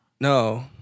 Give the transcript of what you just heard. No